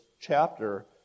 chapter